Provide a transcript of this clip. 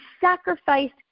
sacrificed